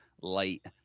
light